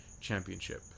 championship